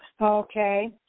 okay